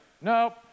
No